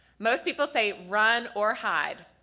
most people say run or hide.